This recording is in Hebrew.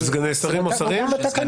של סגני שרים או שרים?